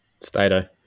Stato